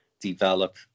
develop